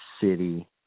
city